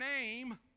name